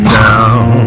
down